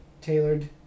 Tailored